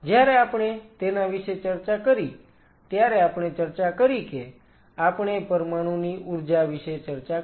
જ્યારે આપણે તેના વિશે ચર્ચા કરી ત્યારે આપણે ચર્ચા કરી કે આપણે પરમાણુની ઊર્જા વિશે ચર્ચા કરી